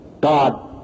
God